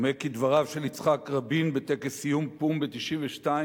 דומה כי דבריו של יצחק רבין בטקס סיום פו"ם ב-1992,